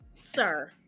sir